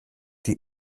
die